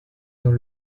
dans